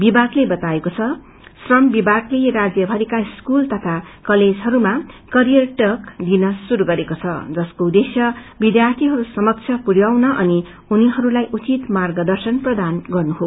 विभागले बताइएको छ श्रम विभागले राज्य भरिका स्कूल तथा कलेजहरूमा करियर टक दिन शुरू गरेको छ जसको उद्देश्य विध्यार्गिहरू समक्ष पु याउन अनि उनीहरूलाई उचित मार्ग दर्शन प्रदान गर्नु हो